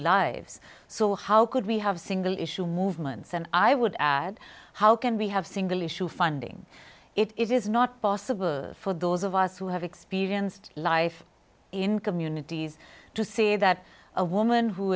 lives so how could we have single issue movements and i would add how can we have single issue funding it is not possible for those of us who have experienced life in communities to see that a woman who